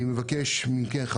אני מבקש מכם,